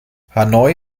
hanoi